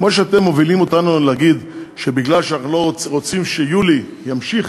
כמו שאתם מובילים אותנו להגיד שמפני שאנחנו לא רוצים שיולי ימשיך,